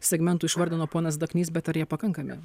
segmentų išvardino ponas daknys bet ar jie pakankami